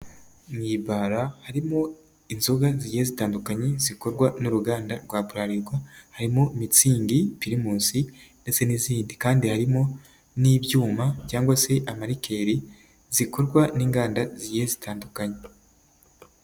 Mu ibara harimo inzoga zigiye zitandukanye zikorwa n'uruganda rwa Bralirwa harimo mitsingi, pirimusi ndetse n'izindi kandi harimo n'ibyuma cyangwa se amarikeri zikorwa n'inganda zigiye zitandukanye.